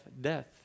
death